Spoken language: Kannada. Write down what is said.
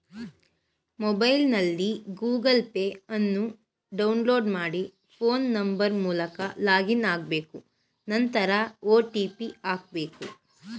ಮೊಬೈಲ್ನಲ್ಲಿ ಗೂಗಲ್ ಪೇ ಅನ್ನು ಡೌನ್ಲೋಡ್ ಮಾಡಿ ಫೋನ್ ನಂಬರ್ ಮೂಲಕ ಲಾಗಿನ್ ಆಗ್ಬೇಕು ನಂತರ ಒ.ಟಿ.ಪಿ ಹಾಕ್ಬೇಕು